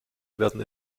werden